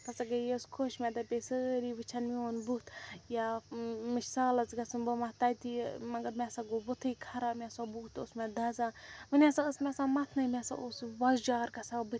بہٕ ہَسا گٔیس خۄش مےٚ دَپیے سٲری وُچھیٚن میٛون بُتھ یا مےٚ چھُ سالَس گژھُن بہٕ مَتھ تَتہِ یہِ مگر مےٚ ہَسا گوٚو بُتھے خراب مےٚ ہَسا بُتھ اوس مےٚ دَزان وُنہِ ہَسا ٲس مےٚ سۄ مَتھنٔے مےٚ ہَسا اوس سُہ وۄزٕجار گژھان بُتھِس